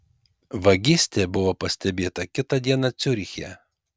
vagystė buvo pastebėta kitą dieną ciuriche